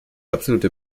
absolute